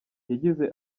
yagize